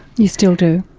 you still do?